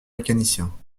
mécaniciens